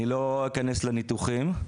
אני לא אכנס לניתוחים.